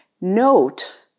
Note